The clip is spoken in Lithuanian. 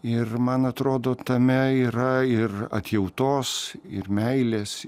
ir man atrodo tame yra ir atjautos ir meilės